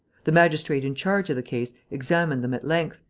the magistrate in charge of the case examined them at length,